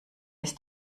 ist